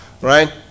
right